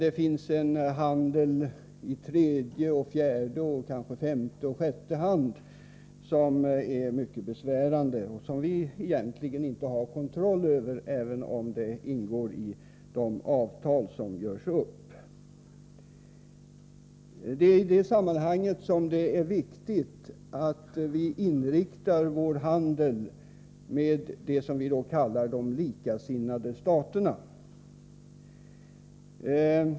Det förekommer dock på detta område en handel i tredje, fjärde och kanske även femte och sjätte hand, en handel som är mycket besvärande och som vi inte har kontroll över, trots att den behandlas i de avtal som görs upp. Det är mot denna bakgrund viktigt att vi inriktar vår handel på vad vi kallar de likasinnade staterna.